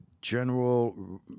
general